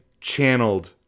channeled